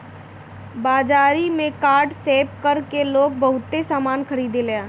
बाजारी में card swipe कर के लोग बहुते सामना खरीदेला